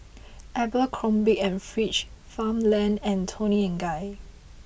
Abercrombie and Fitch Farmland and Toni and Guy